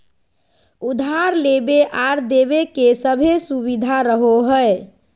उधार लेबे आर देबे के सभै सुबिधा रहो हइ